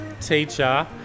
teacher